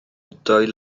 dwy